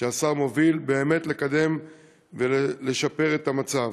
שהשר מוביל באמת לקדם ולשפר את המצב.